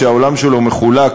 שהעולם שלו מחולק,